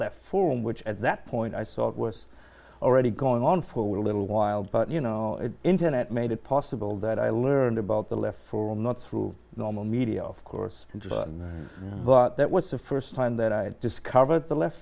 left form which at that point i thought was already going on for what a little while but you know internet made it possible that i learned about the left for not through normal media of course but that was the st time that i discovered the le